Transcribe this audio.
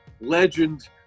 legend